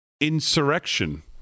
insurrection